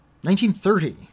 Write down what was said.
1930